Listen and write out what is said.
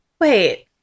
Wait